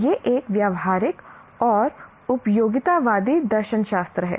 यह एक व्यावहारिक और उपयोगितावादी दर्शनशास्त्र है